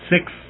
Six